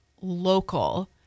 local